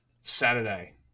saturday